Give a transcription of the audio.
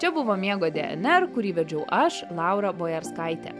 čia buvo miego dnr kurį vedžiau aš laura bojarskaitė